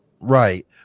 right